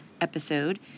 episode